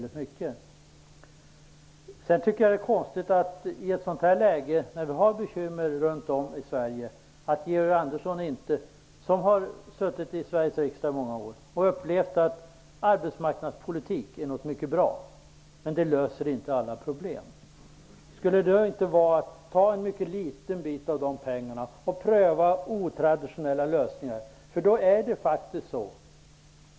I ett läge då vi har stora bekymmer runt om i Sverige tycker jag att det är konstigt att Georg Andersson, som har suttit i Sveriges riksdag många år och upplevt att arbetsmarknadspolitik är något mycket bra men inte löser alla problem, inte kan tänka sig att ta en liten del av pengarna för att pröva otraditionella lösningar.